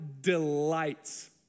delights